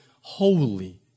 holy